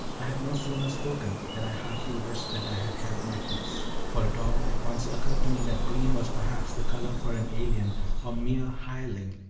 i had no sooner spoken than i heartily wished that i had held my peace for it all at once occurred to me that green was perhaps the color for an alien or mere hireling,